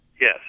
Yes